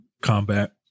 combat